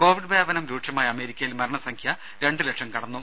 Covid വ്യാപനം രൂക്ഷമായ അമേരിക്കയിൽ മരണസംംഖ്യ രണ്ട് ലക്ഷം കടന്നു